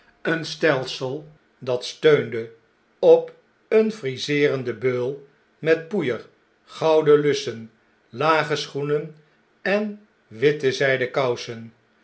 een stelsel dat steunde op een gefriseerden beul met poeier gouden lussen lage schoenen en witte zgden kousen